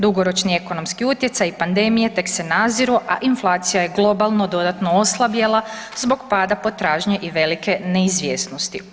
Dugoročni ekonomski utjecaj pandemije tek se naziru a inflacija je globalno dodatno oslabjela zbog pada potražnje i velike neizvjesnosti.